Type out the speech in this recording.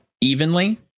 evenly